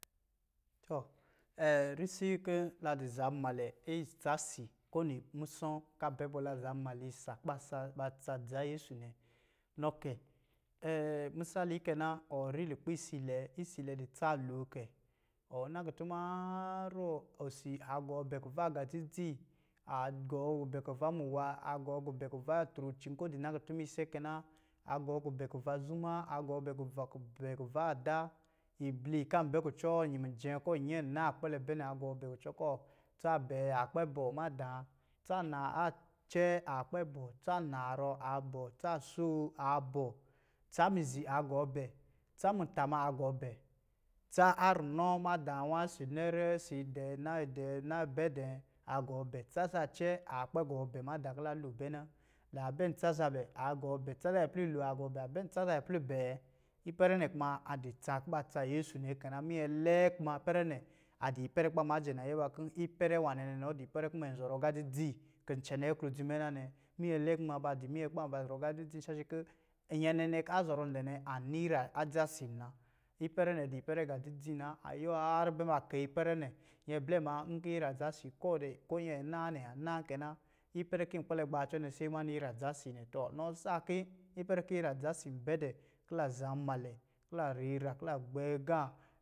Tɔ, risi ki la di zanmalɛ itsa si koni musɔ̄ ka bɛ bɔ, la zanmali isa kubaa ba tsa dza yɛsu nɛ. Nɔ kɛ, misali kɛ na, ɔ ri lukpɛ isiilɛ, isiilɛ di tsa lo kɛ, ɔ na kutuma harrɔ, osi a gɔɔ bɛ kura agā dzidzi, a gɔɔ gubɛ kuvaa muwa, a gɔɔ gubɛ kuva atrooci nkɔ̄ di na kutuma ise kɛ na, aa gɔɔ gubɛ kuva zumaa, a gɔɔ gubɛ kuva-gubɛ kuva ada, ibli kan bɛ kucɔ wɔ mijɛ kɔ nyɛ naa kpɛlɛ bɛ nɛ a gɔɔ bɛ kucɔ kɔ. Tsa bɛɛ a kpɛ bɔɔ madɔɔ, tsa na a cɛɛ a kpɛ bɔɔ, tsa narɔ a bɔɔ, tsa soo a bɔɔ, tsa mizi a gɔɔ bɛ, tsa muta ma a gɔɔ bɛ, tsa a runɔ madāā nwa isi nɛrɛ, isi dɛɛ, na yi dɛɛ, na bɛ dɛɛ, a gɔɔ bɛ. Tsa zacɛɛ a kpɛ gɔɔ bɛ. Tsa zacɛɛ a kpɛ gāā bɛ madaa ki la lo bɛ na. La kpɛ bɛ tsa zabɛ, a gɔɔ bɛ, tsa zabɛ pla lo a gɔɔ bɛ, a bɛ tsa zabɛ plu bɛɛ, ipɛrɛ kuma a di tsa kuba tsa vɛsu nɛ kɛ na. Minyɛ isɛ kuma ipɛrɛ nɛ, a di ipɛrɛ kuba majɛ nayɛ ba kɛ ipɛrɛ nwanɛ nɛ nɔ di ipɛrɛ kɔ̄ mɔ zɔrɔ agā dzidzi, kɔ cɛnɛ klodzi mɛ na nɛ. Minyɛ lɛɛ kuma ba di minyɛ kuba ba zɔrɔ gā dzidzi nyɛ nɛ nɛ ka zɔrɔn dɛ nɛ, an ni ira a dza si muna. ipɛrɛ nɛ di ipɛrɛ gā dzidzi na. A yuwɔ harrɔ bɛ ma kɛyi ipɛrɛ nɛ. Nyɛ blɛ maa, nki ira adza si kɔɔ dɛ, ko nyɛ naa nɛ a naa kɛ na. ipɛrɛ ki yi kpɛlɛ gbaacɔ nɛ sai maani ira dza si nɛ. Tɔ, nɔ sa ki ipɛrɛ ki ira dza si bɛ dɛɛ, ki la zanmalɛ, ki la riira, ki la gbɛɛgā.